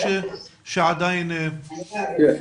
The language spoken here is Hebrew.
כן.